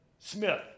Smith